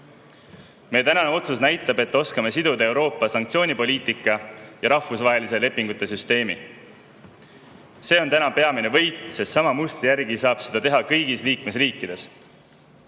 Meie tänane otsus näitab, et oskame siduda Euroopa sanktsioonipoliitika ja rahvusvaheliste lepingute süsteemi. See on täna peamine võit, sest sama mustri järgi saab seda teha kõigis liikmesriikides.